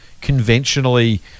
conventionally